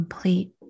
Complete